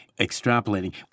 extrapolating